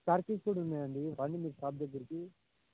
car keys కూడా ఉన్నాయండి రండి షాప్ దగ్గరికి